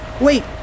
wait